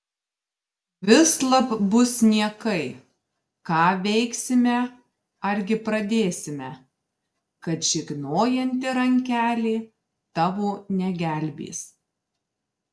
vislab bus niekai ką veiksime argi pradėsime kad žegnojanti rankelė tavo negelbės